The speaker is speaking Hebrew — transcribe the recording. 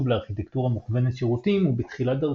לארכיטקטורה מוכוונת שירותים הוא בתחילת דרכו,